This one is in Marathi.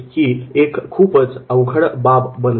ही एक खूपच अवघड बाब बनते